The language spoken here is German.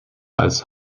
als